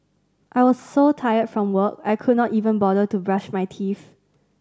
I was so tired from work I could not even bother to brush my teeth